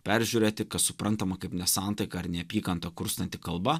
peržiūrėti kas suprantama kaip nesantaiką ar neapykantą kurstanti kalba